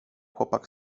chłopak